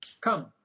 Come